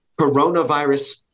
coronavirus